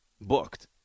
booked